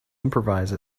improvise